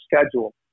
schedule